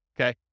okay